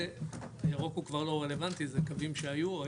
הירוק הוא כבר לא רלוונטי זה קווים שהיו,